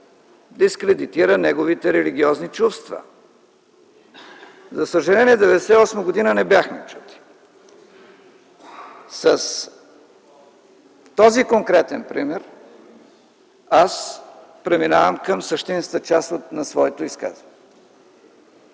дискредитира неговите религиозни чувства. За съжаление, през 1998 г. не бяхме чути. С този конкретен пример преминавам към същинската част на своето изказване,